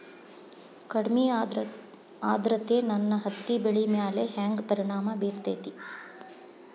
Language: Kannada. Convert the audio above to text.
ಕಡಮಿ ಆದ್ರತೆ ನನ್ನ ಹತ್ತಿ ಬೆಳಿ ಮ್ಯಾಲ್ ಹೆಂಗ್ ಪರಿಣಾಮ ಬಿರತೇತಿ?